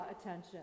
attention